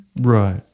right